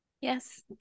Yes